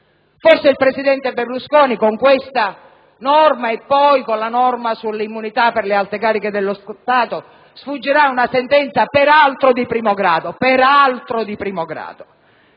Forse il presidente Berlusconi con questa norma e poi con la misura sull'immunità per le alte cariche dello Stato sfuggirà a una sentenza, peraltro di primo grado, ma perderà una grande